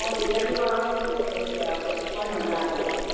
অঁ তেতিয়াতো আৰু হেৰি হ'ব হয় নহয় লাভ হ'ব